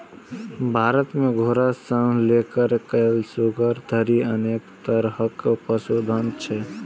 भारत मे घोड़ा सं लए कए सुअर धरि अनेक तरहक पशुधन छै